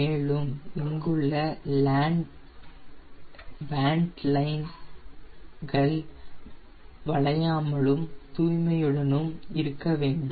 மேலும் இங்குள்ள vent line கள் வளையாமலும் தூய்மையுடனும் இருக்க வேண்டும்